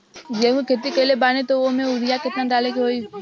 गेहूं के खेती कइले बानी त वो में युरिया केतना डाले के होई?